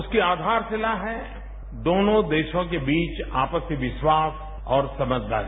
उसकी आधारशिला है दोनों देशों के बीच आपसी विश्वास और समझदारी